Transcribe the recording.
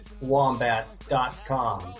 Wombat.com